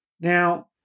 Now